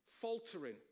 faltering